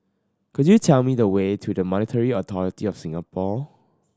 could you tell me the way to the Monetary Authority Of Singapore